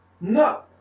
No